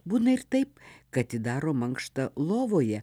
būna ir taip kad ji daro mankštą lovoje